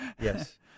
Yes